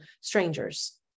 strangers